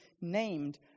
named